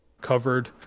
covered